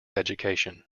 education